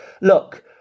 Look